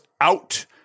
out